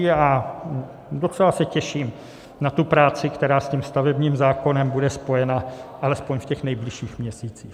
A docela se těším na tu práci, která s tím stavebním zákonem bude spojena alespoň v těch nejbližších měsících.